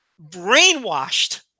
brainwashed